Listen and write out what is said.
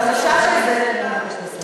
את אמרת מילה נכונה, שזה חשש.